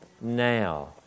now